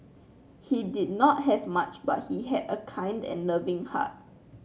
he did not have much but he had a kind and loving heart